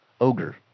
ogre